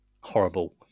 horrible